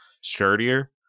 sturdier